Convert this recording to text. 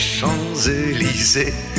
Champs-Élysées